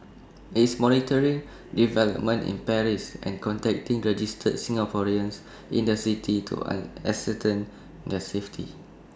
it's monitoring developments in Paris and contacting registered Singaporeans in the city to ascertain their safety